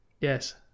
Yes